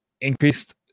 increased